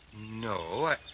No